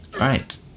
Right